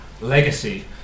legacy